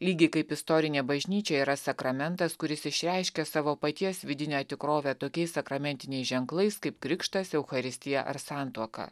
lygiai kaip istorinė bažnyčia yra sakramentas kuris išreiškia savo paties vidinę tikrovę tokiais sakramentiniais ženklais kaip krikštas eucharistija ar santuoka